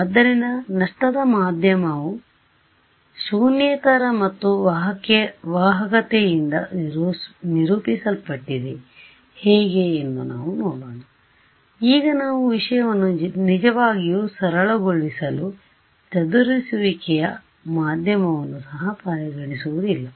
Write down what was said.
ಆದ್ದರಿಂದ ನಷ್ಟದ ಮಾಧ್ಯಮವು ಶೂನ್ಯೇತರ ಮತ್ತು ವಾಹಕತೆಯಿಂದ ನಿರೂಪಿಸಲ್ಪಟ್ಟಿದೆ ಹೇಗೆ ಎಂದು ನಾವು ನೋಡೋಣ ಮತ್ತು ಈಗ ನಾವು ವಿಷಯವನ್ನು ನಿಜವಾಗಿಯೂ ಸರಳವಾಗಿಸಲು ಚದುರಿಸುವಿಕೆಯ ಮಾಧ್ಯಮವನ್ನು ಸಹ ಪರಿಗಣಿಸುವುದಿಲ್ಲ